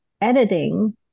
editing